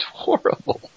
horrible